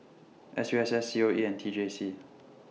S U S S C O E and T J C